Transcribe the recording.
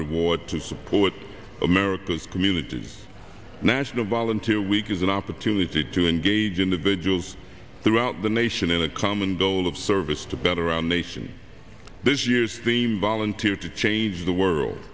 reward to support america's community national volunteer week is an opportunity to engage individuals throughout the ation in a common goal of service to better our nation this year's theme volunteer to change the world